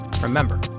Remember